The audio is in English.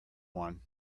one